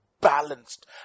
balanced